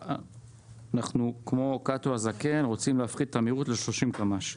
אנחנו כמו קאטו הזקן רוצים להפחית את המהירות ל-30 קמ"ש.